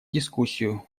дискуссию